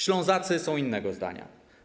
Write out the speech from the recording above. Ślązacy są innego zdania.